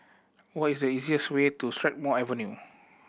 what is the easiest way to Strathmore Avenue